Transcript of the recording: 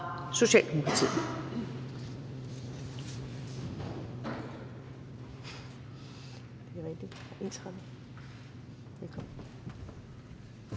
Socialdemokratiet.